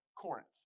Corinth